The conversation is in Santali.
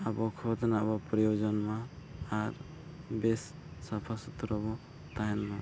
ᱟᱵᱚ ᱠᱷᱚᱛ ᱨᱮᱱᱟᱜ ᱵᱚ ᱯᱨᱚᱭᱳᱡᱚᱱ ᱢᱟ ᱟᱨ ᱵᱮᱥ ᱥᱟᱯᱷᱟᱼᱥᱩᱛᱨᱚᱵᱚᱱ ᱛᱟᱦᱮᱱ ᱢᱟ